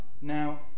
Now